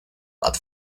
but